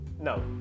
No